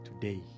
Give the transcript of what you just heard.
today